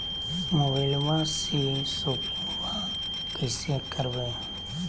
मोबाइलबा से शोपिंग्बा कैसे करबै?